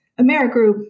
Amerigroup